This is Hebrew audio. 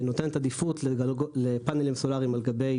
ונותנת עדיפות לפאנלים סולאריים על גבי